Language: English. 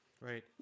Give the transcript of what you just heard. Right